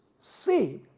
see,